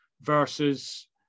versus